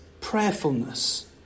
prayerfulness